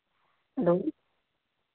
hello